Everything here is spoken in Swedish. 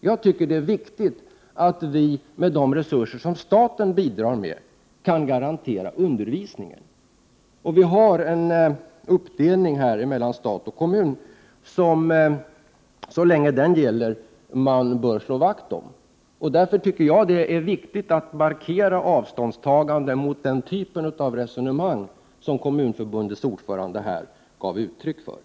Jag tycker att det är viktigt att vi, med de 41 resurser som staten bidrar med, kan garantera undervisningen. Vi har en uppdelning mellan stat och kommun som man bör slå vakt om så länge den gäller. Det är därför viktigt att markera avståndstagande mot den typ av resonemang som Kommunförbundets ordförande gav uttryck för.